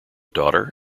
daughter